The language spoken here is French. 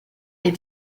est